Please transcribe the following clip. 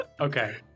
Okay